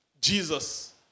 Jesus